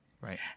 Right